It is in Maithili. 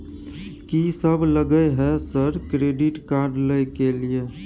कि सब लगय हय सर क्रेडिट कार्ड लय के लिए?